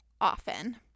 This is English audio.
often